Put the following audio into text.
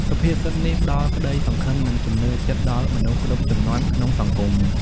សុភាសិតនេះផ្ដល់ក្ដីសង្ឃឹម និងជំនឿចិត្តដល់មនុស្សគ្រប់ជំនាន់ក្នុងសង្គម។